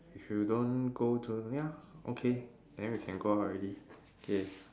if you don't go to ya okay then we can go out already K